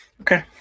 Okay